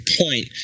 point